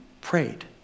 prayed